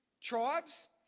tribes